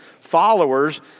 followers